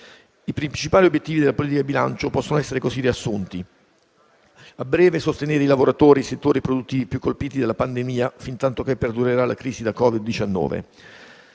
I principali obiettivi della politica di bilancio possono essere così riassunti. A breve, sostenere i lavoratori e i settori produttivi più colpiti dalla pandemia, fintanto che perdurerà la crisi da Covid-19.